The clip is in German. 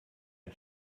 ein